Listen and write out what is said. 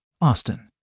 Austin